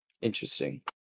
Interesting